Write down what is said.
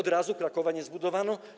Od razu Krakowa nie zbudowano.